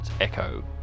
echo